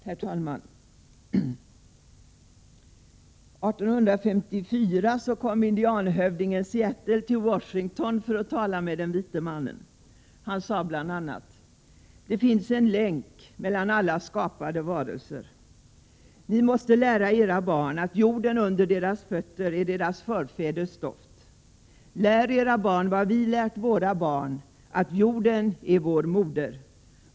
Herr talman! År 1854 kom indianhövdingen Seattle till Washington för att tala med den vite mannen. Han sade bl.a.: ”Det finns en länk mellan alla skapade varelser. Ni måste lära era barn att jorden under deras fötter är deras förfäders stoft. Lär era barn vad vi lärt våra barn, att jorden är vår moder.